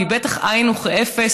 והיא בטח כאין וכאפס,